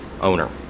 owner